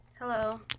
hello